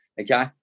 okay